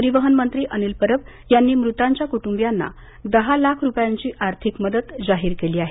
परिवहन मंत्री अनिल परब यांनी मृतांच्या कूटुंबियांना दहा लाख रुपयांची आर्थिक मदत जाहीर केली आहे